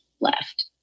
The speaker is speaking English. left